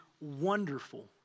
wonderful